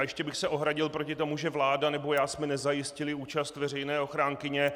A ještě bych se ohradil proti tomu, že vláda nebo já jsme nezajistili účast veřejné ochránkyně.